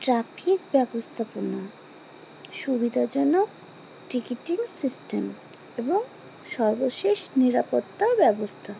traffic ব্যবস্থাপনা সুবিধাজনক ticketing system এবং সর্বশেষ নিরাপত্তার ব্যবস্থা